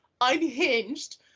unhinged